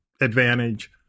advantage